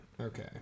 okay